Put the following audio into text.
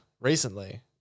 recently